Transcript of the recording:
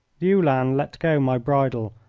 the uhlan let go my bridle.